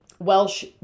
Welsh